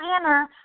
banner